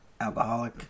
alcoholic